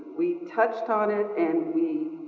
we touched on it and we,